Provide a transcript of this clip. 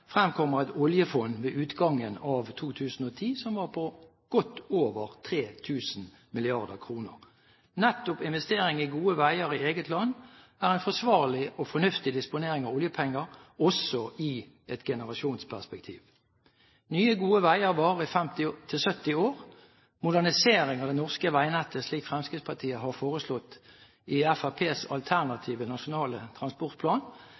fremkommer at oljefondet ved utgangen av 2010 var på godt over 3 000 mrd. kr. Nettopp investering i gode veier i eget land er en forsvarlig og fornuftig disponering av oljepenger også i et generasjonsperspektiv. Nye, gode veier varer i 50–70 år. Modernisering av det norske veinettet, slik Fremskrittspartiet har foreslått i Fremskrittspartiets alternative nasjonale transportplan,